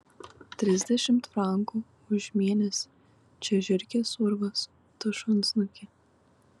trisdešimt frankų už mėnesį čia žiurkės urvas tu šunsnuki